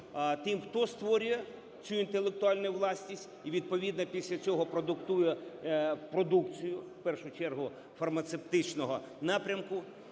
тим, хто створює цю інтелектуальну власність і відповідно після цього продукує продукцію в першу чергу фармацевтичного напрямку,